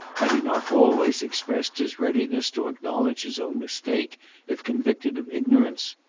had he not always expressed his readiness to acknowledge his own mistake if convicted of ignorance?